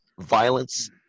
violence